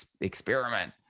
experiment